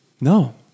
No